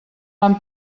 van